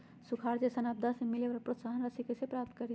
सुखार जैसन आपदा से मिले वाला प्रोत्साहन राशि कईसे प्राप्त करी?